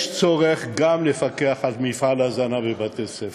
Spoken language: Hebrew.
יש צורך לפקח גם על מפעל ההזנה בבתי-הספר.